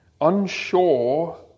unsure